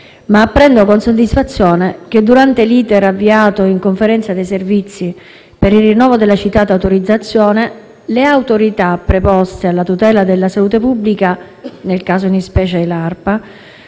ma apprendo con soddisfazione che durante l'*iter* avviato in sede di Conferenza dei servizi per il rinnovo della citata autorizzazione le autorità preposte alla tutela della salute pubblica, nel caso di specie l'ARPA,